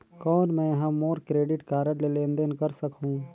कौन मैं ह मोर क्रेडिट कारड ले लेनदेन कर सकहुं?